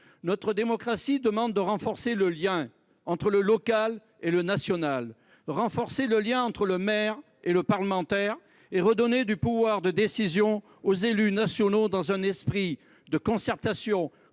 Notre démocratie demande que l’on renforce le lien entre le local et le national, entre le maire et le parlementaire, et que l’on redonne du pouvoir de décision aux élus nationaux dans un esprit de concertation